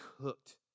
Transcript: cooked